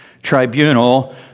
Tribunal